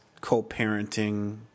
co-parenting